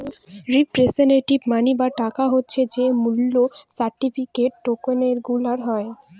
representative money বা টাকা হচ্ছে যে মূল্য সার্টিফিকেট, টকেনগুলার হয়